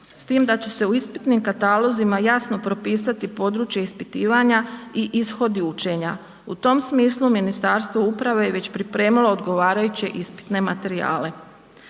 S time da će se u ispitnim katalozima jasno propisati područje ispitivanja i ishodi učenja. U tom smislu Ministarstvo uprave je već pripremilo odgovarajuće ispitne materijale.